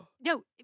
No